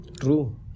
true